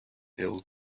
ill